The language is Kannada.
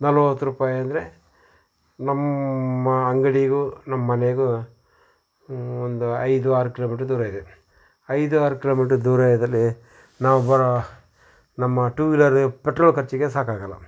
ನಲ್ವತ್ತು ರೂಪಾಯಿ ಅಂದರೆ ನಮ್ಮ ಅಂಗಡಿಗೂ ನಮ್ಮನೆಗೂ ಒಂದು ಐದು ಆರು ಕಿಲೋಮೀಟ್ರು ದೂರ ಇದೆ ಐದು ಆರು ಕಿಲೋಮೀಟ್ರು ದೂರ ಇದರಲ್ಲಿ ನಾವು ಬರೋ ನಮ್ಮ ಟೂ ವೀಲರ್ ಪೆಟ್ರೋಲ್ ಖರ್ಚಿಗೇ ಸಾಕಾಗೋಲ್ಲ